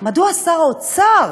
מדוע שר האוצר